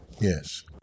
Yes